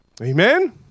Amen